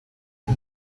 the